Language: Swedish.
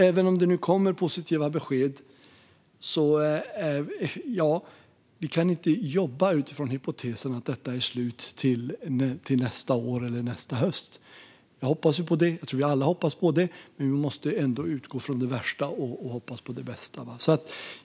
Även om det nu kommer positiva besked kan vi inte jobba utifrån hypotesen att detta är slut till nästa år eller nästa höst. Jag hoppas på det; jag tror att vi alla hoppas på det. Men vi måste utgå från det värsta och hoppas på det bästa.